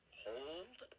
hold